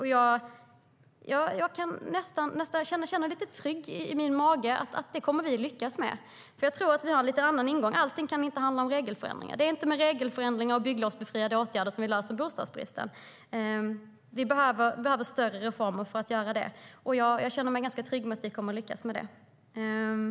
Min magkänsla är att vi kommer att lyckas med det. Jag tror nämligen att vi har en lite annorlunda ingång. Allting kan inte handla om regelförändringar. Det är inte genom regelförändringar och bygglovsbefriade åtgärder som vi kommer till rätta med bostadsbristen. Vi behöver större reformer för att göra det, och jag känner mig ganska trygg med att vi kommer att lyckas med det.